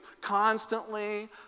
constantly